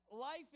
life